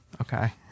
Okay